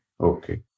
Okay